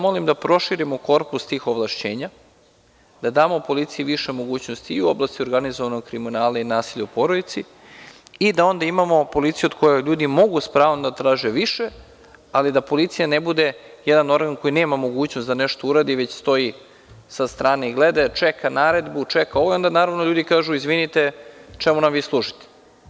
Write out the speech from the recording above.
Molim vas da proširimo korpus tih ovlašćenja, da damo policiji više mogućnosti i u oblasti organizovanog kriminala i nasilja u porodici i da onda imamo policiju od koje ljudi mogu s pravom da traže više, ali da policija ne bude jedan organ koji nema mogućnost da nešto uradi, već stoji sa strane i gleda, jer čeka naredbu, onda naravno ljudi kažu – izvinite, čemu nam vi služite?